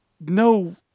no –